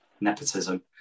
nepotism